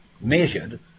measured